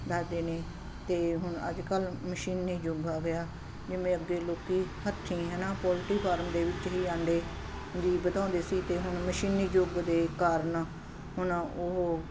ਦੱਸਦੇ ਨੇ ਅਤੇ ਹੁਣ ਅੱਜ ਕੱਲ੍ਹ ਮਸ਼ੀਨੀ ਯੁੱਗ ਆ ਗਿਆ ਜਿਵੇਂ ਅੱਗੇ ਲੋਕ ਹੱਥੀਂ ਹੈ ਨਾ ਪੋਲਟਰੀ ਫਾਰਮ ਦੇ ਵਿੱਚ ਵੀ ਆਂਡੇ ਵੀ ਵਧਾਉਂਦੇ ਸੀ ਅਤੇ ਹੁਣ ਮਸ਼ੀਨੀ ਯੁੱਗ ਦੇ ਕਾਰਨ ਹੁਣ ਉਹ